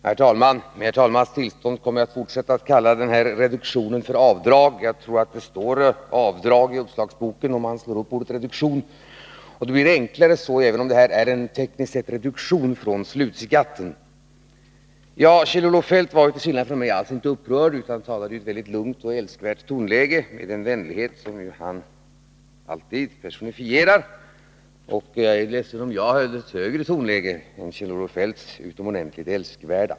Herr talman! Med herr talmannens tillstånd kommer jag att fortsätta att kalla den här reduktionen för avdrag. Jag tror att det står avdrag i 11 uppslagsboken, om man slår upp ordet reduktion. Det blir enklare så, även om detta tekniskt sett är en reduktion från slutskatten. Kjell-Olof Feldt var till skillnad från mig inte alls upprörd, utan talade i ett utomordentligt lugnt och älskvärt tonläge med den vänlighet som han alltid personifierar. Jag är ledsen om jag höll ett högre tonläge än Kjell-Olof Feldts utomordentligt älskvärda.